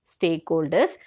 stakeholders